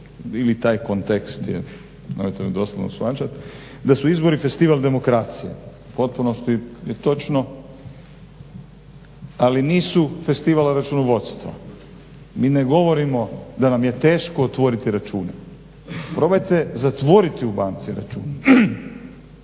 ili taj kontekst je, nemojte me doslovno shvaćat, da su izbori festival demokracije. U potpunosti je točno, ali nisu festival računovodstva. Mi ne govorimo da vam je teško otvoriti račune, probajte zatvoriti u banci račun.